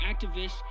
activists